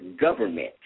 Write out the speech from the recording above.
government